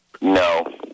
No